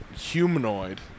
humanoid